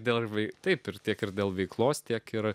dirvai taip ir tiek ir dėl veiklos tiek yra